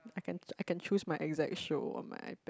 I can I can choose my exact show on my iPad